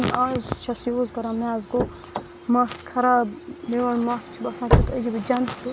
یُس مےٚ اَز چھِس یوٗز کَران مےٚ حظ گوٚو مَس خراب میٛون مَس چھُ باسان تٮُ۪تھ عجیٖبٕے جنٛدٕ ہیٛوٗ